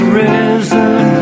risen